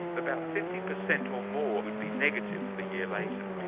about fifty percent or more would be negative a year later.